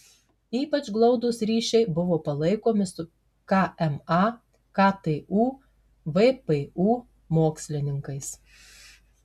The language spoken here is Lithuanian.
ypač glaudūs ryšiai buvo palaikomi su kma ktu vpu mokslininkais